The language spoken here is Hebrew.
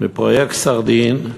מפרויקט "סרדין",